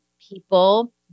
people